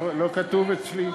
לא כתוב אצלי.